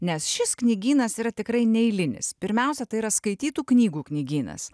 nes šis knygynas yra tikrai neeilinis pirmiausia tai yra skaitytų knygų knygynas